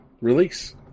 release